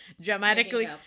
dramatically